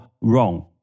wrong